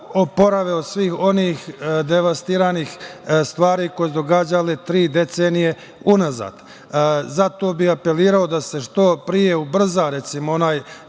oporavi od svih onih devastiranih stvari koje su se događale tri decenije unazad. Zato bih apelovao da se što pre ubrza ideja